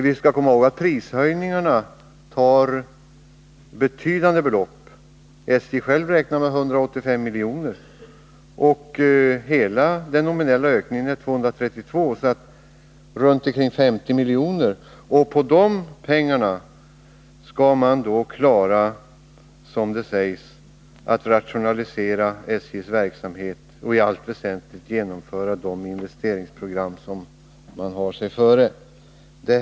Vi skall komma ihåg att prishöjningarna tar betydande belopp — SJ räknar med 185 miljoner. Hela den nominella ökningen är 232 miljoner. Kvar blir omkring 50 miljoner. Med dessa pengar skall SJ klara av att, som det sägs, rationalisera verksamheten och i allt väsentligt genomföra de investeringsprogram som SJ har sig förelagda.